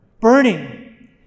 burning